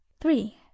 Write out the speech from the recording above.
Three